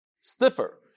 stiffer